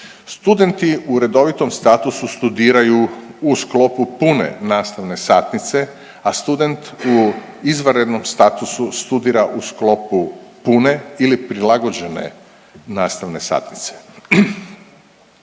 Studenti u redovitom statusu studiraju u sklopu pune nastavne satnice, a student u izvanrednom statusu studira u sklopu pune ili prilagođene nastavne satnice.